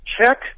check